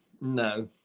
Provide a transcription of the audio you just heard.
no